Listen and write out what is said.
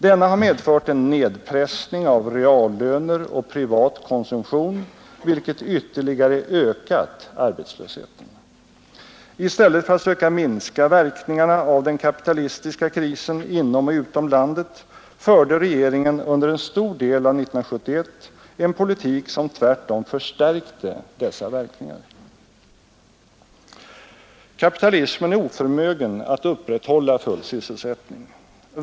Denna har medfört en nedpressning av reallöner och privat konsumtion, vilket ytterligare ökat arbetslösheten. I stället för att söka minska verkningarna av den kapitalistiska krisen inom och utom landet förde regeringen under en stor del av 1971 en politik som tvärtom förstärkte dessa verkningar. Kapitalismen är oförmögen att upprätthålla full sysselsättning.